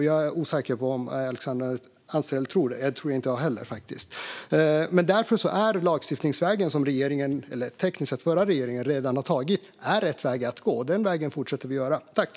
Jag är osäker på om Alexandra Anstrell tror detta; jag tror faktiskt inte det. Därför är lagstiftningsvägen - som regeringen, eller tekniskt sett den förra regeringen, redan har tagit - rätt väg att gå. Den vägen fortsätter vi att gå.